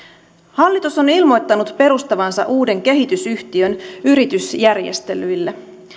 hallitus on ilmoittanut perustavansa uuden kehitysyhtiön yritysjärjestelyille